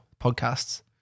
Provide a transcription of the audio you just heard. podcasts